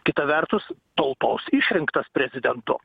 kita vertus tautos išrinktas prezidentu